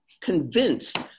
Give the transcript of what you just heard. convinced